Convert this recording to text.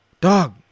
Dog